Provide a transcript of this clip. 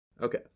Okay